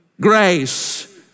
grace